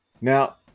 Now